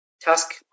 task